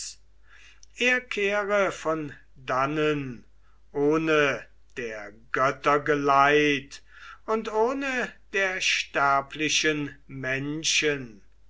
kehre von dannen ohne der götter geleit und ohne der sterblichen menschen